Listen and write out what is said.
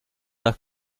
nach